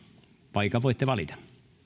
paikan voitte valita